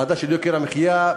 ועדה של יוקר המחיה,